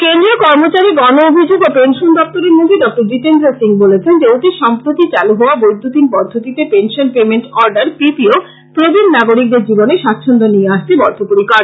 কেন্দ্রীয় কর্মচারী গণ অভিযোগ ও পেনশন দপ্তরের মন্ত্রী ডঃ জীতেন্দ্র সিং বলেছেন যে অতি সম্প্রতি চালু হওয়া বৈদ্যতিন পদ্ধতিতে পেনশন পেমেন্ট অর্ডার পিপিও প্রবীণ নাগরিকদের জীবনে স্বাচ্ছন্দ্য নিয়ে আসতে বদ্ধপরিকর